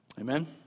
Amen